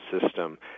system